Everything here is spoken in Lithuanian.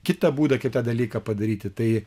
kitą būdą kitą dalyką padaryti tai